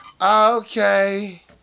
okay